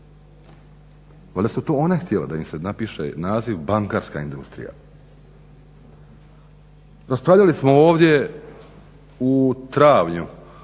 Valjda su to one htjele da im se napiše naziv bankarska industrija. Raspravljali smo ovdje u travnju